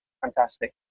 fantastic